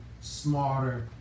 smarter